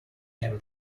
him